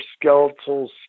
skeletal